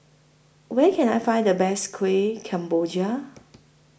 Where Can I Find The Best Kueh Kemboja